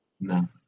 No